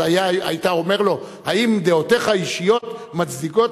היית אומר לו: האם דעותיך האישיות מצדיקות